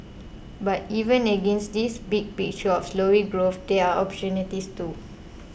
but even against this big picture of slowing growth there are opportunities too